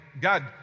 God